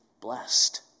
blessed